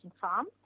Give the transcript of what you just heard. farm